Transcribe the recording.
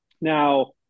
Now